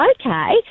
Okay